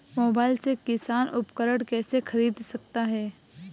Mobile से किसान उपकरण कैसे ख़रीद सकते है?